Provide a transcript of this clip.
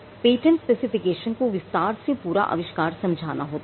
patent specification को विस्तार से पूरा आविष्कार समझाना होता है